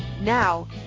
Now